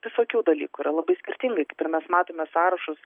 visokių dalykų yra labai skirtingai mes matome sąrašus